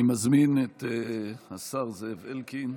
אני מזמין את השר זאב אלקין,